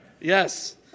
Yes